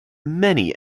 many